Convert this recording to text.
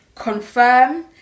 confirm